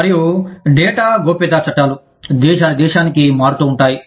మరియు డేటా గోప్యతా చట్టాలు దేశానికి దేశానికి మారవచ్చు